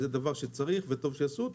זה דבר שצריך וטוב שעשו אותו,